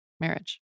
marriage